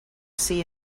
see